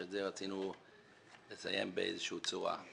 שאת זה רצינו לסיים באיזושהי צורה.